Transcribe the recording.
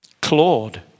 Claude